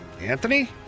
Anthony